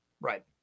Right